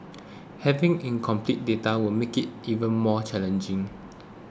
having incomplete data will make it even more challenging